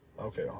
okay